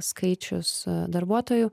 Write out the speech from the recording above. skaičius darbuotojų